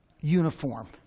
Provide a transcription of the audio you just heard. uniform